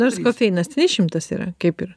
nors kofeinas ten išimtas yra kaip ir